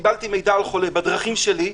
כשקיבלתי מידע על חולה בדרכים שלי,